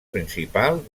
principal